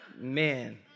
Man